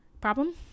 Problem